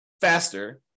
faster